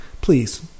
Please